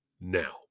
Now